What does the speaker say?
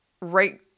right